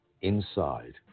inside